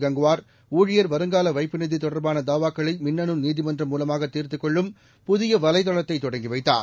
கங்குவார் ஊழியர் வருங்கால வைப்பு நிதி தொடர்பான தாவாக்களை மின்னணு நீதிமன்றம் மூலமாக தீர்த்துக் கொள்ளும் புதிய வலைதளத்தை தொடங்கி வைத்தார்